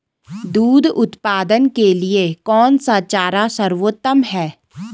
दूध उत्पादन के लिए कौन सा चारा सर्वोत्तम है?